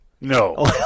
No